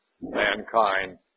mankind